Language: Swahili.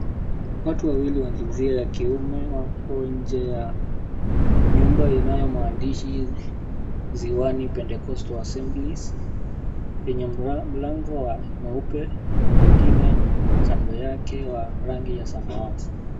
Watu wawili wa jinsia ya kiume wako nje ya nyumba inayo maandishi Ziwani Pentecostal Assemblies, yenye mlango wa mweupe na mwengine kando yake wa rangi ya samawati.